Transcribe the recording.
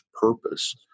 purpose